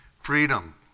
freedom